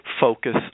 focus